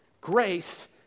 Grace